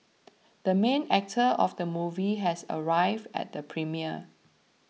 the main actor of the movie has arrived at the premiere